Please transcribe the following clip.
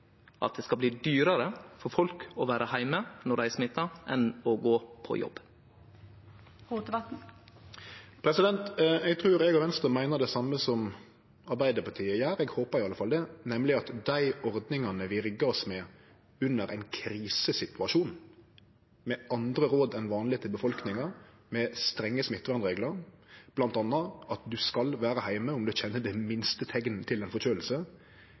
at det er riktig at det skal bli dyrare for folk å vere heime når dei er smitta, enn å gå på jobb? Eg trur eg og Venstre meiner det same som Arbeidarpartiet gjer, eg håpar i alle fall det, nemleg at dei ordningane vi riggar oss med under ein krisesituasjon – med andre råd enn vanleg til befolkninga, med strenge reglar om smittevern, bl.a. at ein skal vere heime om ein kjenner det minste teikn til